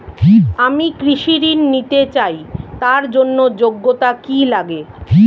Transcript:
আমি কৃষি ঋণ নিতে চাই তার জন্য যোগ্যতা কি লাগে?